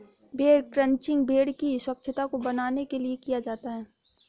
भेड़ क्रंचिंग भेड़ की स्वच्छता को बनाने के लिए किया जाता है